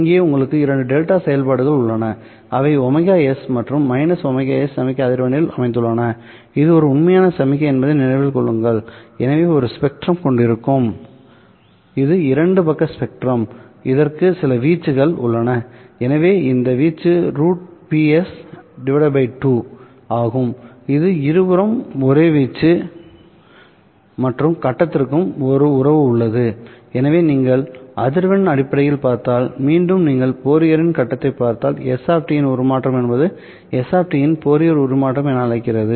இங்கே உங்களுக்கு 2 டெல்டா செயல்பாடுகள்உள்ளன அவை ωs மற்றும் ωs சமிக்ஞை அதிர்வெண்ணில் அமைந்துள்ளனஇது ஒரு உண்மையான சமிக்ஞை என்பதை நினைவில் கொள்ளுங்கள்எனவே அது ஸ்பெக்ட்ரம் கொண்டிருக்கும் இது இரண்டு பக்க ஸ்பெக்ட்ரம்இதற்கு சில வீச்சுகள் உள்ளன எனவே இந்த வீச்சு √Ps 2 ஆகும் இது இருபுறமும் ஒரே வீச்சு மற்றும் கட்டத்திற்கும் ஒரு உறவு உள்ளதுஎனவே நீங்கள் அதிர்வெண் அடிப்படையில் பார்த்தால்மீண்டும் நீங்கள் ஃபோரியரின் கட்டத்தைப் பார்த்தால் s இன் உருமாற்றம் என்பது s இன் ஃபோரியர் உருமாற்றம் s ω என அழைக்கிறது